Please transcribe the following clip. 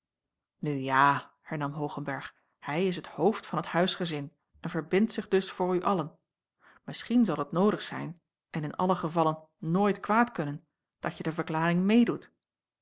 nu ja hernam hoogenberg hij is het hoofd van het huisgezin en verbindt zich dus voor u allen misschien zal het noodig zijn en in allen gevalle nooit kwaad kunnen datje de verklaring meê